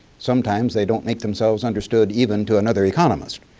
sometimes they don't make themselves understood even to another economist.